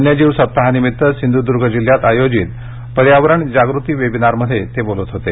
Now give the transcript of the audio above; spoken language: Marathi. वन्यजीव सप्ताहानिमित्त सिंधुदुर्ग जिल्ह्यात आयोजित पर्यावरण जागृती वेबिनारमध्ये ते बोलत होते